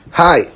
Hi